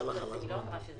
תקריאי בבקשה.